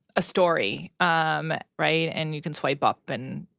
a story, um right? and you can swipe up and,